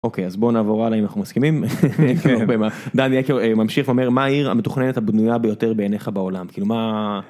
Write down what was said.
אוקיי אז בוא נעבור הלאה אם אנחנו מסכימים, דני ממשיך ואומר מה העיר המתוכננת ביותר בעיניך בעולם.